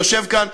ויושב כאן,